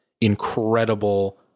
incredible